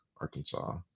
arkansas